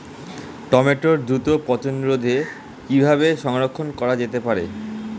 টমেটোর দ্রুত পচনরোধে কিভাবে সংরক্ষণ করা যেতে পারে?